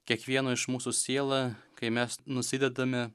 kiekvieno iš mūsų siela kai mes nusidedame